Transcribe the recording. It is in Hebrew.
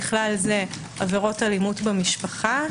בכלל זה עבירות אלימות במשפחה.